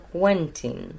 Quentin